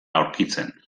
aurkitzen